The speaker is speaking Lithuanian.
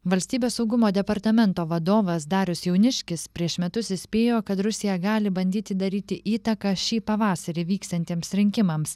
valstybės saugumo departamento vadovas darius jauniškis prieš metus įspėjo kad rusija gali bandyti daryti įtaką šį pavasarį vyksiantiems rinkimams